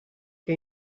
che